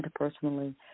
interpersonally